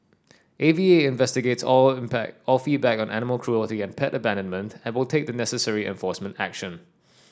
A V A investigates all all feedback on animal cruelty and pet abandonment able take the necessary enforcement action